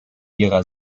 ihrer